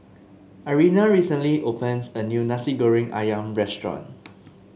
Irena recently opens a new Nasi Goreng ayam restaurant